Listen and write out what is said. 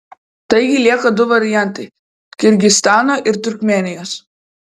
taigi lieka du variantai kirgizstano ir turkmėnijos